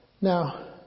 Now